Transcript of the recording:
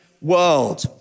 world